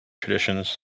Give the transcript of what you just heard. traditions